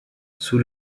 sous